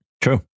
True